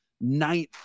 ninth